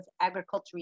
agriculture